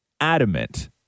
adamant